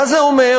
מה זה אומר?